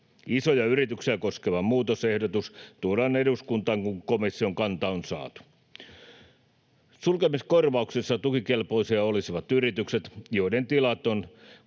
Isoja yrityksiä koskeva muutosehdotus tuodaan eduskuntaan, kun komission kanta on saatu. Sulkemiskorvauksessa tukikelpoisia olisivat yritykset, joiden tilat on